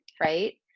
right